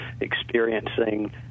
experiencing